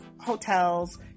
hotels